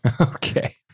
Okay